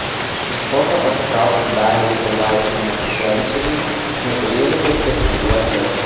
iš sporto pasitraukus daliai zauraitei matusevičienei neturėjome perspektyvių atlečių